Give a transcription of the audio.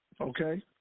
Okay